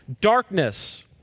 Darkness